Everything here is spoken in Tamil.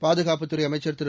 பாதுகாப்புத்துறை அமைச்சர் திரு